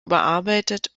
überarbeitet